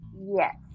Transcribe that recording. Yes